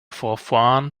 vorfahren